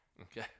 Okay